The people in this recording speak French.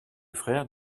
frère